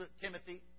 Timothy